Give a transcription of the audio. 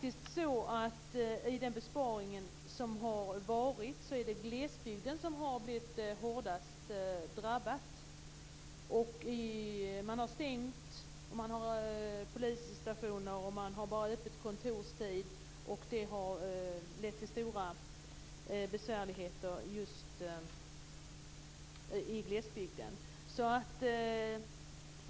I den besparing som har skett är det faktiskt glesbygden som har drabbats hårdast. Man har stängt polisstationer, eller också har man bara öppet på kontorstid, och detta har lett till stora besvärligheter just i glesbygden.